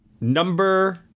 Number